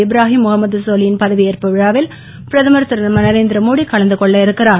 இப்ராஹிம் ழுகம்மது சோலி யின் பதவி ஏற்பு விழாவில் பிரதமர் திருநரேந்திர மோடி கலந்துகொள்ள இருக்கிறார்